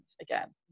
again